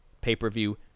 pay-per-view